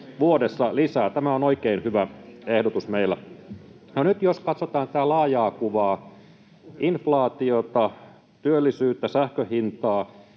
vuodessa lisää. Tämä on oikein hyvä ehdotus meillä. No nyt jos katsotaan tätä laajaa kuvaa, inflaatiota, työllisyyttä, sähkönhintaa.